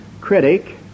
critic